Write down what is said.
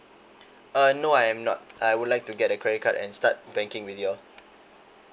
uh no I am not I would like to get a credit card and start banking with y'all